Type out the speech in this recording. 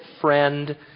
friend